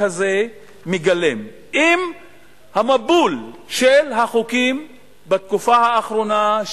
הזה מגלם עם המבול של החוקים בתקופה האחרונה,